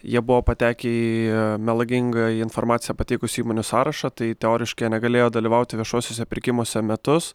jie buvo patekę į melagingą informaciją pateikusių įmonių sąrašą tai teoriškai jie negalėjo dalyvauti viešuosiuose pirkimuose metus